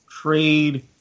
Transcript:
trade